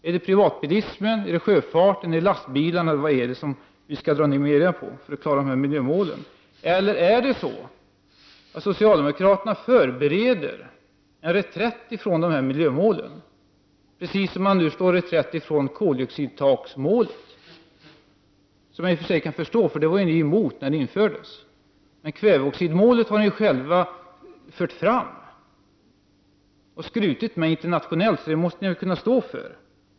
Är det privatbilismen, sjöfarten eller lastbilarna som skall minska sina utsläpp för att miljömålet skall klaras? Är det möjligen så att socialdemokraterna förbereder en reträtt från dessa miljömål, precis som de slår till reträtt när det gäller målet om koldioxidtaket? Jag kan i och för sig förstå detta, eftersom socialdemokraterna var emot detta när det infördes. Men kväveoxidmålet har ju ni själva fört fram och skrutit med internationellt. Detta måste ni därför kunna stå för.